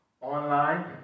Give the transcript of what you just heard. Online